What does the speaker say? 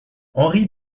henri